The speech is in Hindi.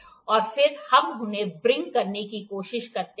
और फिर हम उन्हें व्हरिंग करने की कोशिश करते हैं